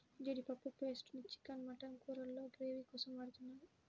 జీడిపప్పు పేస్ట్ ని chicken, mutton కూరల్లో గ్రేవీ కోసం వాడుతున్నారు